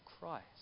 Christ